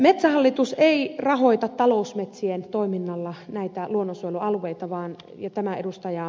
metsähallitus ei rahoita talousmetsien toiminnalla näitä luonnonsuojelualueita tämä ed